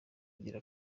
ugira